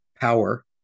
power